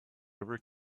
ever